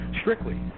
Strictly